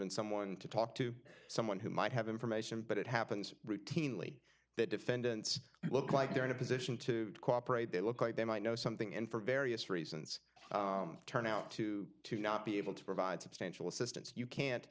have someone to talk to someone who might have information but it happens routinely that defendants look like they're in a position to cooperate they look like they might know something and for various reasons turn out to to not be able to provide substantial assistance you can't